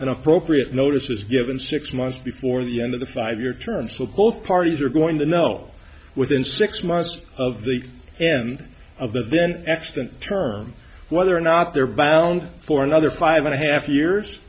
an appropriate notice is given six months before the end of the five year term so both parties are going to know within six months of the end of that then extant term whether or not they're bound for another five and a half years